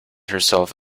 herself